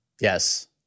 Yes